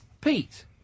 Pete